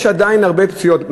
יש עדיין הרבה פציעות.